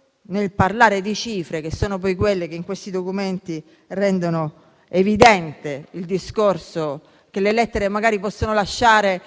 lo ammette: le cifre sono quelle che in questi documenti rendono evidente il discorso che le lettere magari possono lasciare